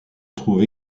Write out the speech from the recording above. trouve